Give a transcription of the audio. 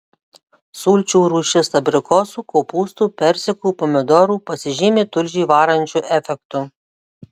sulčių rūšis abrikosų kopūstų persikų pomidorų pasižymi tulžį varančiu efektu